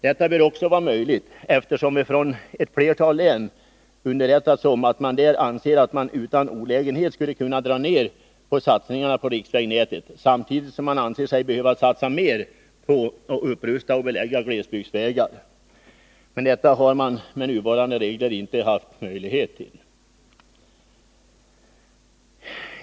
Detta bör också vara möjligt, eftersom vi från ett flertal län underrättats om att man där anser att man utan olägenhet skulle kunna dra ned på satsningarna på riksvägnätet, samtidigt som man anser sig behöva satsa mer på att upprusta och belägga glesbygdsvägar. Men detta har man med nuvarande regler inte haft möjlighet till.